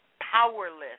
powerless